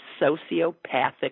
sociopathic